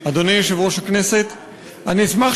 החלק